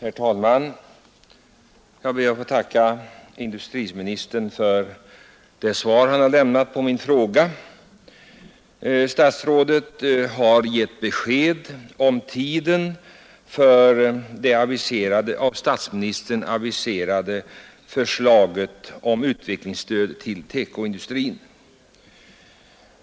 Herr talman! Jag ber att få tacka industriministern för det svar han lämnat på min fråga. Statsrådet har gett besked om tiden för det av statsministern aviserade förslaget om utvecklingsstöd till TEKO-industrin.